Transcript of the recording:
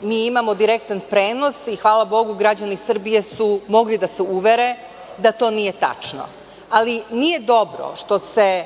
Mi imamo direktan prenos i, hvala Bogu, građani Srbije su mogli da se uvere da to nije tačno. Ali, nije dobro što se